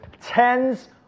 Tens